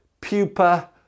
pupa